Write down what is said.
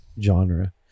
genre